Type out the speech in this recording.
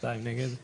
2 נמנעים,